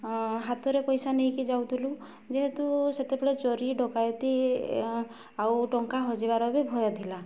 ହାତରେ ପଇସା ନେଇକି ଯାଉଥିଲୁ ଯେହେତୁ ସେତେବେଳେ ଚୋରି ଡକାୟତି ଆଉ ଟଙ୍କା ହଜିବାର ବି ଭୟ ଥିଲା